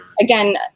again